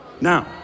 Now